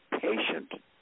patient